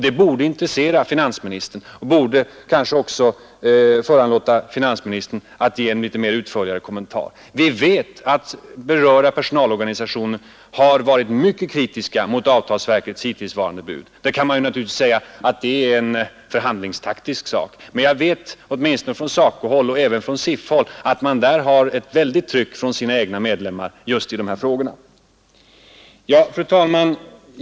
De borde intressera finansministern och också föranleda honom att göra en något mer utförlig kommentar. Berörda personalorganisationer har varit kritiska mot avtalsverkets hittillsvarande bud. Man kan naturligtvis invända att det är en förhandlingstaktisk sak, men jag vet att man inom både SACO och TCO känner ett väldigt tryck från sina medlemmar i dessa frågor. Fru talman!